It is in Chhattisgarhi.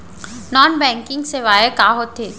नॉन बैंकिंग सेवाएं का होथे